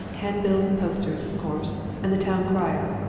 handbills and posters, of course and the town-crier.